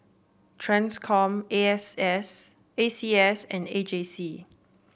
Transcom A S S A C S and A J C